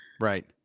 Right